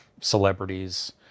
celebrities